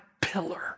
pillar